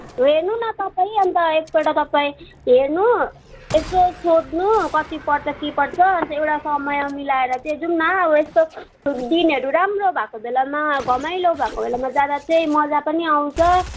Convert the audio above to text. हेर्नु न तपाईँ अन्त एक पल्ट तपाईँ हेर्नु यसो सोध्नु कति पर्छ के पर्छ अन्त एउटा समय मिलाएर चाहिँ जाऊँ न अब यस्तो दिनहरू राम्रो भएको बेलामा घमाइलो भएको बेलामा जाँदा चाहिँ मजा पनि आउँछ